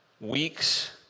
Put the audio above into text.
weeks